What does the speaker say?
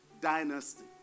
dynasty